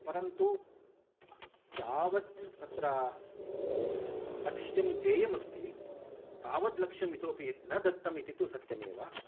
परन्तु यावत् तत्र लक्ष्यं देयम् अस्ति तावत् लक्षम् इतोपि न दत्तम् इति तु सत्यमेव